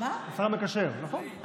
השר המקשר, נכון.